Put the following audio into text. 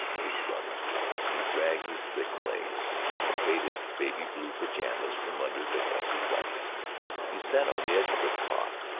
he grunted he dragged his thick legs, in faded baby-blue pajamas, from under the khaki blanket he sat on the edge of the cot,